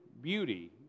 beauty